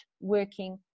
working